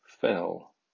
fell